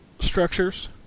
structures